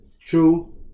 True